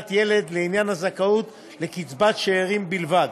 "ילד" לעניין הזכאות לקצבת שאירים בלבד,